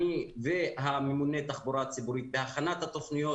אני וממונה התחבורה ציבורית בהכנת התוכניות